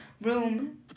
room